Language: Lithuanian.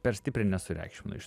per stipriai nesureikšminu iš